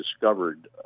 discovered